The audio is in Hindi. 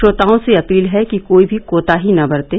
श्रोताओं से अपील है कि कोई भी कोताही न बरतें